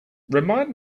remind